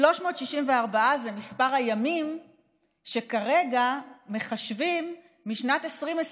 364 זה מספר הימים שכרגע מחשבים משנת 2020,